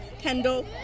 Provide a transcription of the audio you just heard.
Kendall